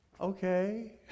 Okay